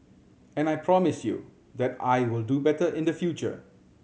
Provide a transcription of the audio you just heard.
and I promise you that I will do better in the future